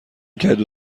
کدو